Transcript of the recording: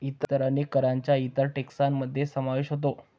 इतर अनेक करांचा इतर टेक्सान मध्ये समावेश होतो